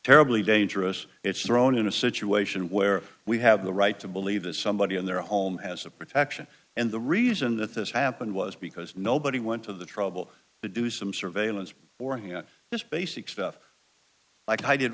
terribly dangerous it's thrown in a situation where we have the right to believe that somebody in their home has a protection and the reason that this happened was because nobody went to the trouble to do some surveillance or hear this basic stuff like i did